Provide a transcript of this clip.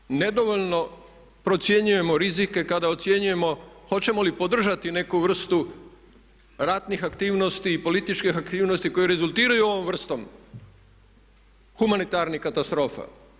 Jako smo nedovoljno procjenjujemo rizike kada ocjenjujemo hoćemo li podržati neku vrstu ratnih aktivnosti i političkih aktivnosti koji rezultiraju ovom vrstom humanitarnih katastrofa.